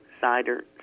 cider